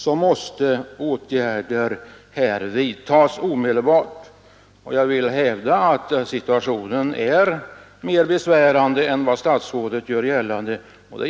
Jag vill hävda att situationen beträffande såväl flerfamiljshus som småhusbyggnation är mer besvärande än statsrådet gör gällande.